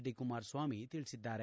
D Kumaraswamy ತಿಳಿಸಿದ್ದಾರೆ